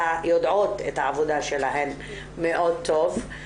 יודעות את העבודה שלהן מאוד טוב,